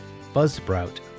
Buzzsprout